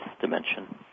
dimension